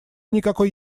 никакой